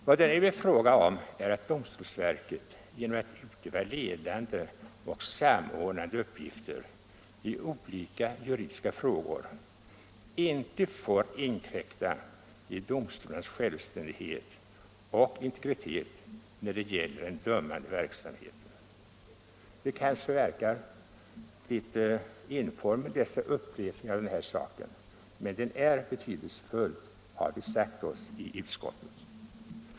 Vad det är fråga om är att domstolsverket genom att utöva ledande och samordnande uppgifter i olika juridiska frågor inte får inkräkta på domstolarnas självständighet och integritet när det gäller den dömande verksamheten. — Det kanske verkar litet enformigt med alla dessa upprepningar av den här saken, men den är betydelsefull, har vi sagt oss i utskottet.